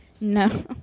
No